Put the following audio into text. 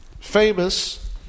famous